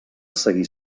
seguir